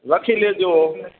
લખી લેજો